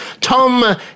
Tom